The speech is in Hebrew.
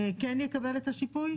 בחו"ל כן יקבל את השיפוי?